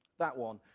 that one,